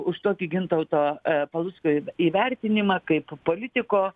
už tokį gintauto palucko įvertinimą kaip politiko